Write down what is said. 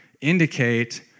indicate